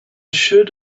should